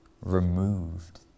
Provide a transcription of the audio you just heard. removed